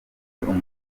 umutima